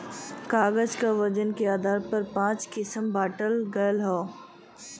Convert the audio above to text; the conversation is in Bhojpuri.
कागज क वजन के आधार पर पाँच किसम बांटल गयल हौ